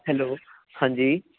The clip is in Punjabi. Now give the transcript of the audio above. ਹੈਲੋ ਹਾਂਜੀ